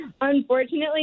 Unfortunately